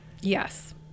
Yes